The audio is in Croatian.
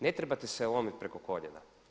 Ne trebate se lomiti preko koljena.